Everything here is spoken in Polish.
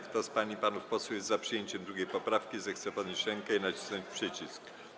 Kto z pań i panów posłów jest za przyjęciem 2. poprawki, zechce podnieść rękę i nacisnąć przycisk.